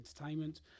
entertainment